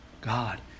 God